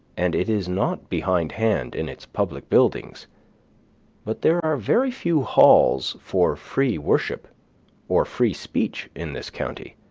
and it is not behindhand in its public buildings but there are very few halls for free worship or free speech in this county.